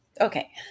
Okay